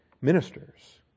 ministers